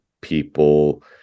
people